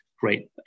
great